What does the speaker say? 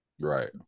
right